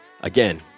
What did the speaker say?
Again